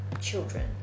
children